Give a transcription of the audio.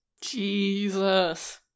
Jesus